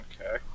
Okay